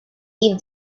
leave